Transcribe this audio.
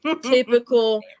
Typical